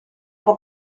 può